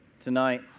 tonight